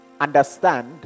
understand